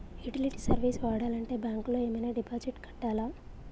Utility service వాడాలంటే bank లో ఏమైనా డిపాజిట్ కట్టాలా?